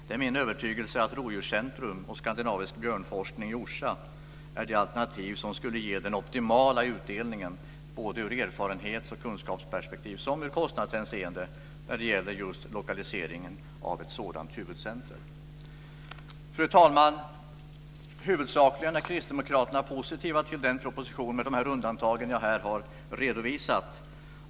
Det är min övertygelse att rovdjurscentrum och skandinavisk björnforskning i Orsa är det alternativ som skulle ge den optimala utdelningen ur erfarenhets och kunskapsperspektiv och i kostnadshänseende när det gäller just lokaliseringen av ett sådant huvudcentrum. Fru talman! Huvudsakligen är kristdemokraterna positiva till propositionen med de undantag som jag här har redovisat.